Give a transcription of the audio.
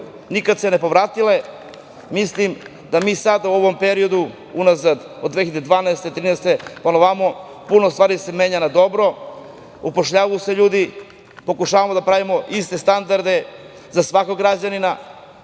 nikad se ne povratile. Mislim da mi sada u ovom periodu unazad od 2012, 2013. godine pa na ovamo, puno stvari se menja na dobro. Upošljavaju se ljudi, pokušavamo da pravimo iste standarde za svakog građanina,